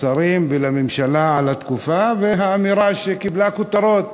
לשרים ולממשלה על התקופה ואת האמירה שקיבלה כותרות